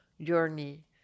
journey